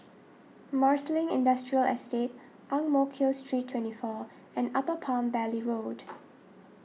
Marsiling Industrial Estate Ang Mo Kio Street twenty four and Upper Palm Valley Road